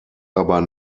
aber